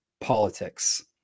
politics